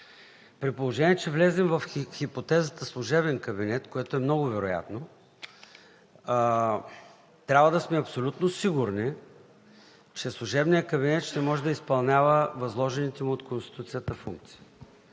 при положение че влезем в хипотезата служебен кабинет, което е много вероятно, трябва да сме абсолютно сигурни, че служебният кабинет ще може да изпълнява възложените му от Конституцията функции.